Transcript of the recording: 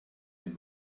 dem